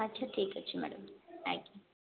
ଆଛା ଠିକ୍ ଅଛି ମ୍ୟାଡ଼ାମ ଆଜ୍ଞା